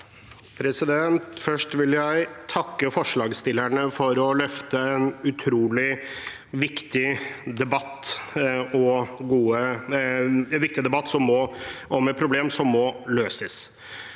sa- ken): Først vil jeg takke forslagsstillerne for å løfte fram en utrolig viktig debatt om et problem som må løses.